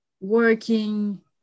working